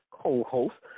co-host